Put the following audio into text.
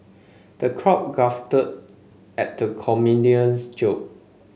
the crowd guffawed at the comedian's jokes